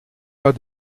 pas